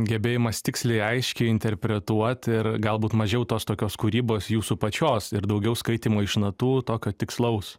gebėjimas tiksliai aiškiai interpretuot ir galbūt mažiau tos tokios kūrybos jūsų pačios ir daugiau skaitymo iš natų tokio tikslaus